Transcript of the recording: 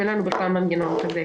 אין לנו בכלל מנגנון כזה.